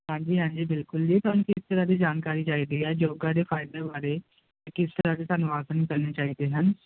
ਹਾਂਜੀ ਹਾਂਜੀ ਬਿਲਕੁਲ ਜੀ ਤੁਹਾਨੂੰ ਕਿਸ ਤਰ੍ਹਾਂ ਦੀ ਜਾਣਕਾਰੀ ਚਾਹੀਦੀ ਹੈ ਯੋਗਾਂ ਦੇ ਫ਼ਾਇਦੇ ਬਾਰੇ ਅਤੇ ਕਿਸ ਤਰ੍ਹਾਂ ਦੇ ਤੁਹਾਨੂੰ ਆਸਣ ਕਰਨੇ ਚਾਹੀਦੇ ਹਨ